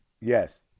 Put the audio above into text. Yes